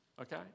Okay